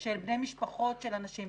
של בני משפחות של אנשים.